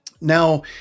Now